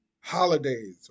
holidays